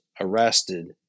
arrested